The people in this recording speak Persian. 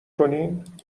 کنین